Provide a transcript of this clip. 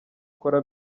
ukora